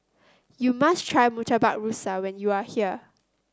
you must try Murtabak Rusa when you are here